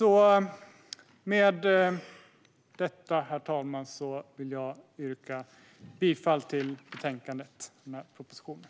Herr talman! Med detta vill jag yrka bifall till förslaget i betänkandet och den här propositionen.